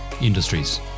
industries